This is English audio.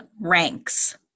ranks